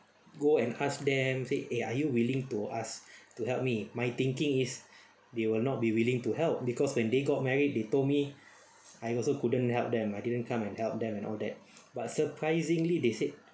go and ask them said eh are you willing to ask to help me my thinking is they will not be willing to help because when they got married they told me I also couldn't help them I didn't come and help them and all that but surprisingly they said